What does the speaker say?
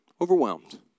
Overwhelmed